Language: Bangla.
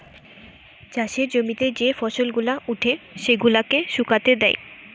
চাষের জমিতে যে ফসল গুলা উঠে সেগুলাকে শুকাতে দেয়